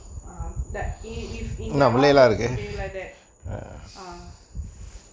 ah that if if in the house also they like that ah